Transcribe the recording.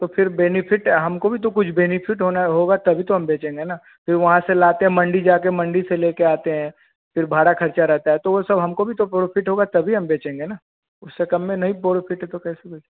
तो फिर बेनिफिट हमको भी तो कुछ बेनिफिट होना होगा तभी तो हम बेचेंगे ना फिर वहाँ से लाते हैं मंडी जा कर मंडी से ले कर आते हैं फिर भाड़ा खर्चा रहता है तो वह सब हमको भी तो परोफिट होगा तभी हम बेचेंगे ना उससे कम में नहीं पोरोफिट तो कैसे बेचें